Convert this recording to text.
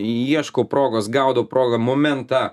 ieškau progos gaudau progą momentą